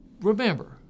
remember